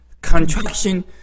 Contraction